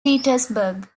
petersburg